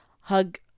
hug